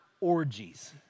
orgies